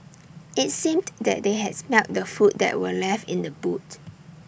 IT seemed that they had smelt the food that were left in the boot